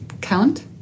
count